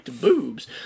boobs